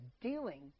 dealing